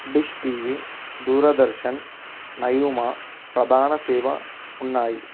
dish TV Doordarshan నయూమా ప్రధాన సేవా ఉన్నాయి